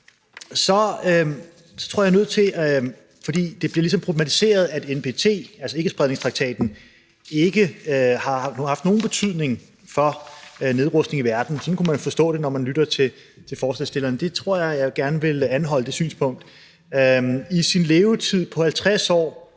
Så tror jeg, jeg er nødt til at sige noget i forhold til, at det ligesom bliver problematiseret, at NPT, altså ikkespredningstraktaten, ikke har haft nogen betydning for nedrustningen i verden. Sådan kunne man forstå det, når man lytter til forslagsstillerne. Det synspunkt vil jeg gerne anholde. I sin levetid på 50 år